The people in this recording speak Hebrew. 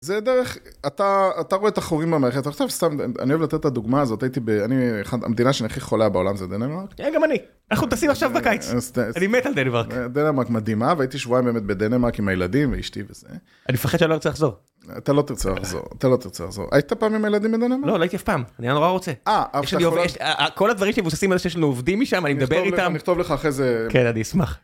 אתה רואה את החורים במערכת, אני אוהב לתת את הדוגמה הזאת, הייתי, המדינה שהכי חולה בעולם זה דנמרק. אני גם אני, אנחנו טסים עכשיו בקיץ, אני מת על דנמרק. דנמרק מדהימה והייתי שבועיים באמת בדנמרק עם הילדים ואשתי וזה. אני מפחד שאני לא ארצה לחזור. אתה לא תרצה לחזור, אתה לא תרצה לחזור. היית פעם עם ילדים בדנמרק? לא, לא הייתי אף פעם, אני נורא רוצה. אה, אבל אתה יכול... כל הדברים מבוססים על זה שיש לנו עובדים משם, אני מדבר איתם. נכתוב לך אחרי זה. כן, אני אשמח.